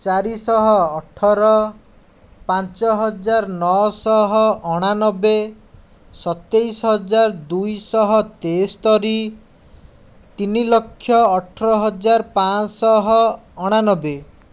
ଚାରିଶହ ଅଠର ପାଞ୍ଚହଜାର ନଅଶହ ଅଣାନବେ ସତେଇଶହଜାର ଦୁଇଶହ ତେସ୍ତରି ତିନିଲକ୍ଷ ଅଠରହଜାର ପାଞ୍ଚଶହ ଅଣାନବେ